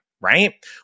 Right